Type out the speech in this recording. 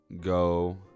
go